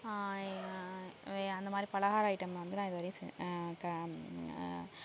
அந்த மாதிரி பலகார ஐட்டம் வந்து நான் இது வரையும்